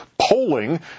polling